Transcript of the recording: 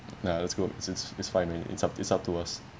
nah that's good it's it's it's fine it's it's up to us